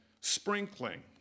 sprinkling